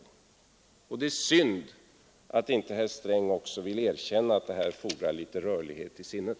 Det är synd att inte herr Sträng också vill erkänna att det här fordrar lite rörlighet i sinnet.